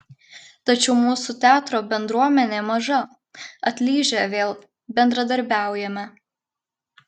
tačiau mūsų teatro bendruomenė maža atlyžę vėl bendradarbiaujame